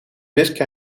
wiske